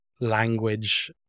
language